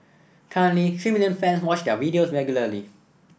currently three million fans watch their videos regularly